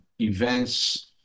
events